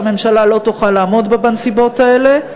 שהממשלה לא תוכל לעמוד בה בנסיבות האלה,